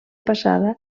passada